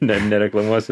ne nereklamuosiu